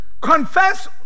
confess